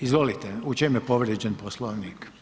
Izvolite u čem je povrijeđen Poslovnik.